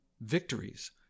victories